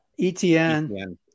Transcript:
ETN